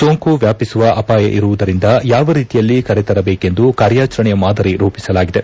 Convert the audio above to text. ಸೋಂಕು ವ್ಲಾಪಿಸುವ ಅಪಾಯ ಇರುವುದರಿಂದ ಯಾವ ರೀತಿಯಲ್ಲಿ ಕರೆ ತರಬೇಕೆಂದು ಕಾರ್ಯಾಚರಣೆಯ ಮಾದರಿ ರೂಪಿಸಲಾಗಿದೆ